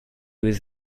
was